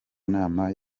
nama